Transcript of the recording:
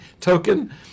token